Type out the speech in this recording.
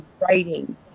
writing